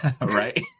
Right